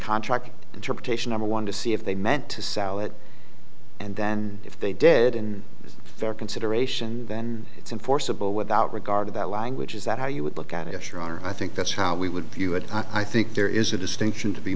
contract interpretation i want to see if they meant to sell it and then if they did and fair consideration then it's enforceable without regard to that language is that how you would look at it your honor i think that's how we would view it i think there is a distinction to be